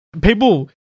people